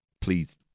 please